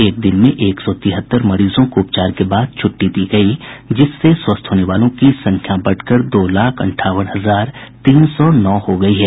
एक दिन में एक सौ तिहत्तर मरीजों को उपचार के बाद छूट्टी दी गई जिससे स्वस्थ होने वालों की संख्या बढ़कर दो लाख अंठावन हजार तीन सौ नौ हो गई है